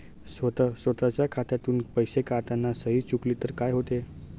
स्वतः स्वतःच्या खात्यातून पैसे काढताना सही चुकली तर काय होते?